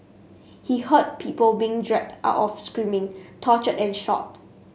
he heard people being dragged out screaming tortured and shot